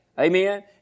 Amen